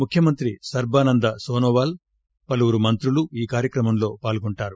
ముఖ్యమంత్రి సర్బానంద్ సోనోవాల్ పలువురు మంత్రులు కార్యక్రమంలో పాల్గొంటారు